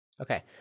Okay